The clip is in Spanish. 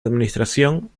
administración